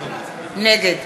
נגד